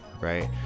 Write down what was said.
right